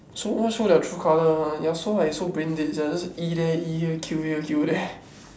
so what's all their true colour ah yasuo like so brain dead sia just E there E here Q here Q there